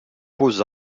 beaux